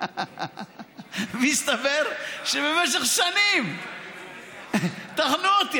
והסתבר שבמשך שנים טחנו אותי.